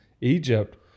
Egypt